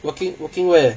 working working where